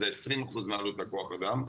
זה 20% מעלות כוח האדם.